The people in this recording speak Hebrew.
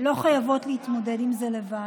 לא חייבות להתמודד עם זה לבד.